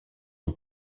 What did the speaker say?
ont